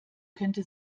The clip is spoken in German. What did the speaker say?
könnte